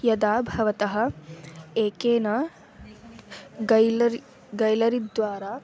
यदा भवतः एकेन गैलरि गैलरिद्वारा